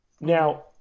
Now